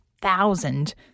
thousand